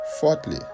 Fourthly